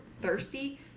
thirsty